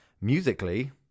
musically